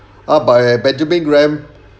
ah by benjamin graham